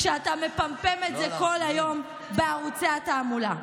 כשאתה מפמפם את זה כל היום בערוצי התעמולה?